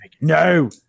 No